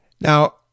Now